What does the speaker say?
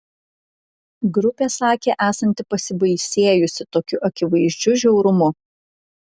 grupė sakė esanti pasibaisėjusi tokiu akivaizdžiu žiaurumu